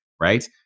right